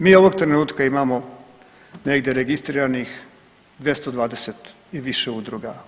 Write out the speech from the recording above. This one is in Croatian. Mi ovog trenutka imamo negdje registriranih 220 i više udruga.